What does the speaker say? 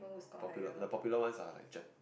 popular the popular one's are like Jap